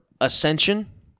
ascension